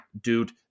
dude